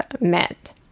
met